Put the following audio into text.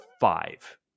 five